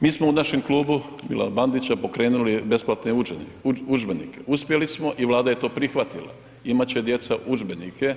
Mi smo u našem Klubu Milana Bandića, pokrenuli besplatne udžbenike, uspjeli smo i vlada je to prihvatila, imati će djeca udžbenike.